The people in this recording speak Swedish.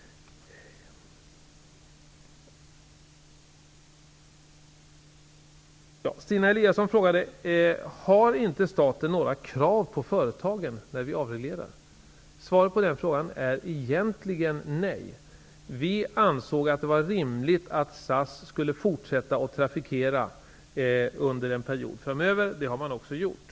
Stina Eliasson frågade om inte staten har några krav på företagen vid en avreglering. Svaret på den frågan är egentligen nej. Vi ansåg att det var rimligt att SAS skulle fortsätta att trafikera under en period framöver, vilket man också har gjort.